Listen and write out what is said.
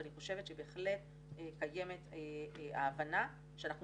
ואני חושבת שבהחלט קיימת ההבנה שאנחנו